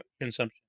consumption